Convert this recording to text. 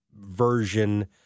version